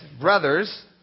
...Brothers